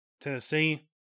Tennessee